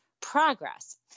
progress